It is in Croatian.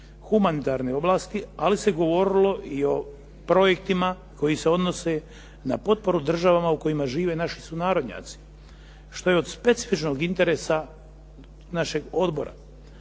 humanitarne oblasti, ali se govorilo i o projektima koji se odnose na potporu državama u kojima žive naši sunarodnjaci, što je od specifičnog interesa našeg odbora.